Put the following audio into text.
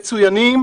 ומצוינים,